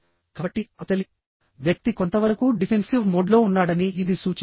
కాబట్టిఅవతలి వ్యక్తి కొంతవరకు డిఫెన్సివ్ మోడ్లో ఉన్నాడని ఇది సూచిస్తోంది